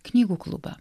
knygų klubą